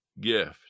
gift